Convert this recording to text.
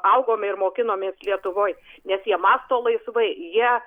augome ir mokinomės lietuvoj nes jie mąsto laisvai jie